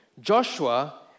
Joshua